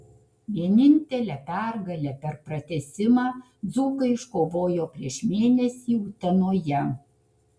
vienintelę pergalę per pratęsimą dzūkai iškovojo prieš mėnesį utenoje